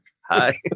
hi